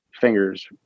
fingers